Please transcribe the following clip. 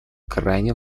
крайне